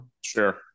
Sure